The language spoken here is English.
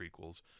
prequels